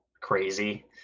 crazy